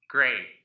Great